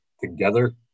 together